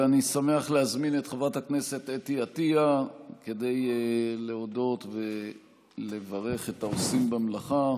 אני שמח להזמין את חברת הכנסת אתי עטייה להודות ולברך את העושים במלאכה